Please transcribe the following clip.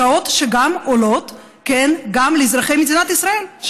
שעות שגם עולות לאזרחי מדינת ישראל,